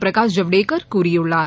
பிரகாஷ் ஜவ்டேகர் கூறியுள்ளார்